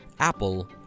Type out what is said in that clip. Apple